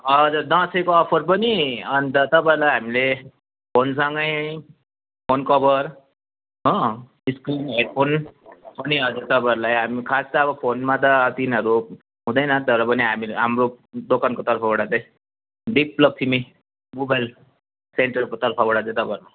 हजुर दसैँको अफर पनि अन्त तपाईँलाई हामीले फोनसँगै फोन कभर हो स्क्रिन हेडफोन पनि हजुर तपाईँहरूलाई हामी खास त अब फोनमा त तिनीहरू हुँदैन तरपनि हामीले हाम्रो दोकानको तर्फबाट चाहिँ दिपलक्ष्मी मोबाइल सेन्टरको तर्फबाट चाहिँ तपाईँहरूलाई